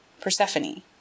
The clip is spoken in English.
persephone